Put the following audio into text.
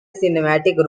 cinematic